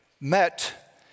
met